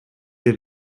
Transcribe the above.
they